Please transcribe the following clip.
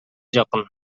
жакын